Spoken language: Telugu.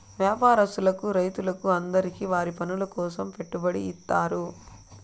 వ్యాపారస్తులకు రైతులకు అందరికీ వారి పనుల కోసం పెట్టుబడి ఇత్తారు